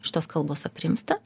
šitos kalbos aprimsta